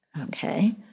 Okay